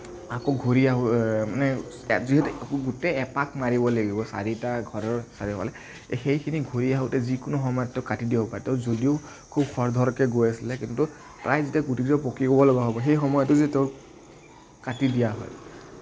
আকৌ ঘূৰি মানে গোটেই এপাক মাৰিব লাগিব চাৰিটা ঘৰৰ চাৰিওফালে সেইখিনি ঘূৰি আহোতে যিকোনো সময়ততো কাটি দিব পাৰে ত' যদিও খুব খৰধৰকে গৈ আছিলে কিন্তু প্ৰায় যেতিয়া গুটিটো পকিবৰ হ'ব সেই সময়তে যদি তোক কাটি দিয়া হয়